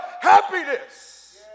happiness